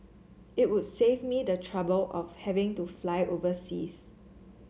it would save me the trouble of having to fly overseas